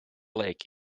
lake